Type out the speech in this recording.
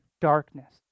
darkness